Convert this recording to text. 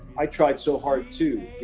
i tried so hard too.